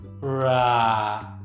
Ra